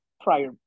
prior